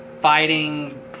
fighting